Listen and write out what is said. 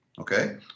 Okay